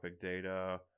data